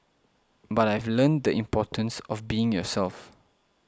but I've learnt the importance of being yourself